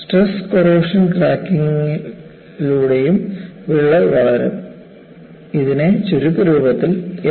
stress corrosion ക്രാക്കിംഗിലൂടെയും വിള്ളൽ വളരും ഇതിനെ ചുരുക്ക രൂപത്തിൽ എസ്